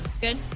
Good